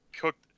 cooked